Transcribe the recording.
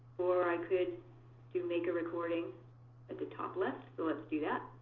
or i could do make a recording at the top left. so let's do that.